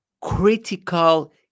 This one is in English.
critical